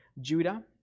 Judah